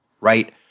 right